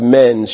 men